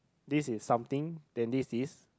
this is something then this is